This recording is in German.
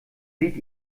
sieht